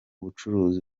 bucuruzi